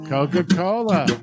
Coca-Cola